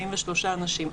43 אנשים.